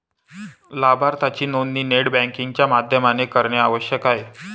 लाभार्थीची नोंदणी net banking च्या माध्यमाने करणे आवश्यक आहे